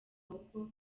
ahubwo